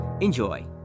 Enjoy